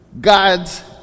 God's